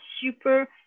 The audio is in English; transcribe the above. super